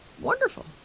wonderful